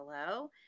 hello